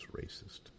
racist